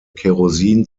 kerosin